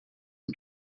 him